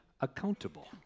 accountable